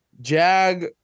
jag